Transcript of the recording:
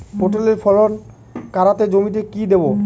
পটলের ফলন কাড়াতে জমিতে কি দেবো?